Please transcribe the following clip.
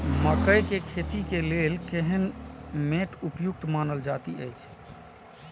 मकैय के खेती के लेल केहन मैट उपयुक्त मानल जाति अछि?